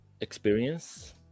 experience